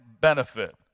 benefit